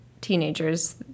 teenagers